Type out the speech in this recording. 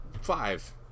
five